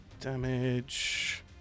Damage